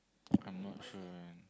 I'm not sure